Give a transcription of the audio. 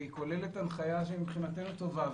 והיא כוללת הנחיה שהיא מבחינתנו טובה.